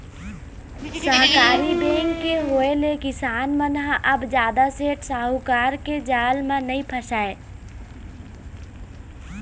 सहकारी बेंक के होय ले किसान मन ह अब जादा सेठ साहूकार के जाल म नइ फसय